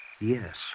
Yes